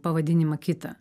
pavadinimą kitą